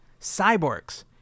cyborgs